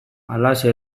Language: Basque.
halaxe